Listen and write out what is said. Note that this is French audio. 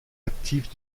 actifs